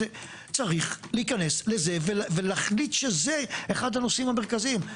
צריך להיכנס לזה ולהחליט שזה אחד הנושאים המרכזיים,